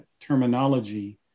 terminology